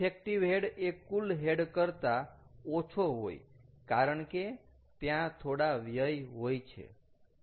effective head એ કુલ head કરતાં ઓછો હોય કારણ કે ત્યાં થોડા વ્યય હોય છે